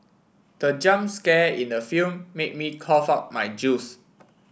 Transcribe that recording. the jump scare in the film made me cough out my juice